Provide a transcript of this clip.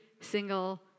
single